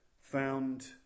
Found